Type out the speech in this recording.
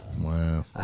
Wow